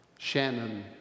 Shannon